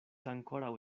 ankoraŭ